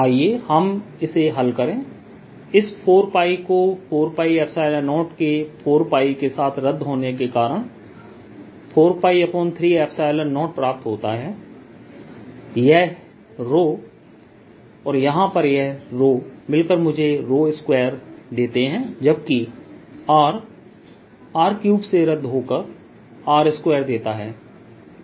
आइए हम इसे हल करें इस 4𝜋 को 40के 4𝜋 के साथ रद्द होने के कारण 4π30 प्राप्त होता है यह रो और यहां पर यह रो मिलकर मुझे रो स्क्वायर⍴2 देते हैं जबकि r r3 से रद्द होकर r2 देता है